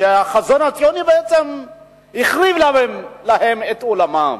שהחזון הציוני בעצם החריב עליהם את עולמם.